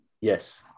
yes